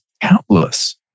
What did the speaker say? Countless